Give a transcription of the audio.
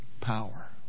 power